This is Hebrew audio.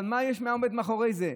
מה עומד מאחורי זה?